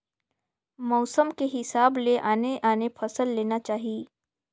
मउसम के हिसाब ले आने आने फसल लेना चाही